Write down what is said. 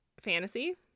fantasy